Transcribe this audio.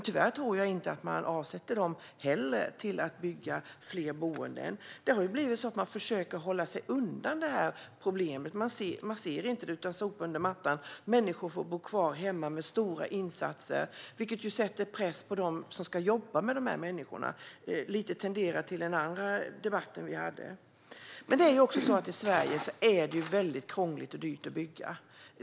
Tyvärr tror jag inte att kommunerna avsätter dem till att bygga fler boenden. Det har blivit så att man försöker att hålla sig undan detta problem - man ser det inte utan sopar det under mattan. Människor får bo kvar hemma med stora insatser, vilket sätter press på dem som ska jobba med dessa människor. Detta tangerar delvis den debatt som vi hade tidigare. I Sverige är det väldigt krångligt och dyrt att bygga.